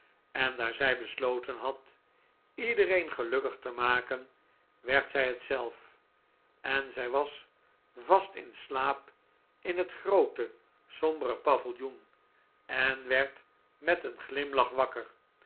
en daar zij besloten had iedereen gelukkig te maken werd zij het zelf en zij was vast in slaap in het groote sombere paviljoen en werd met een glimlach wakker